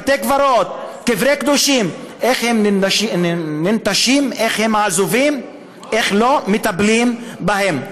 בתי הקברות וקברי קדושים ננטשים ואיך הם עזובים ואיך לא מטפלים בהם.